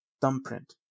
thumbprint